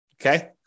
okay